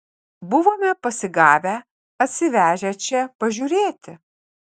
buvome pasigavę atsivežę čia pažiūrėti